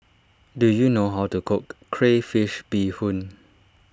do you know how to cook Crayfish BeeHoon